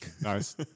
Nice